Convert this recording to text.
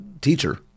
teacher